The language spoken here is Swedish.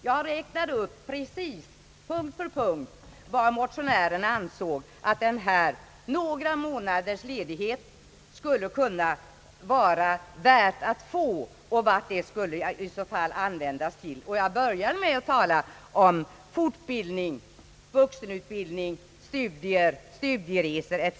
Jag räknade upp punkt för punkt vad motionärerna ansåg att denna ledighet under några månader skulle kunna användas till. Jag började med att tala om fortbildning, vuxenutbildning, studier, studieresor etc.